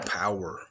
power